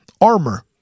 Armor